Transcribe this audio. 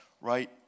right